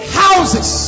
houses